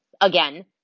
again